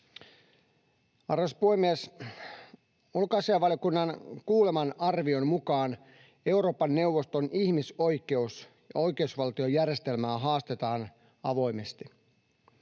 Arvoisa puhemies! Ulkoasiainvaliokunnan kuuleman arvion mukaan Euroopan neuvoston ihmisoikeus- ja oikeusvaltiojärjestelmää haastetaan avoimesti.